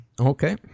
Okay